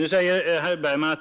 Nu säger herr Bergman,